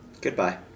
Goodbye